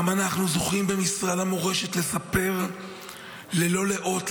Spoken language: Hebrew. גם אנחנו זוכים במשרד המורשת לספר ללא לאות,